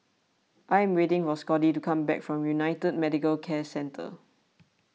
I am waiting for Scottie to come back from United Medicare Centre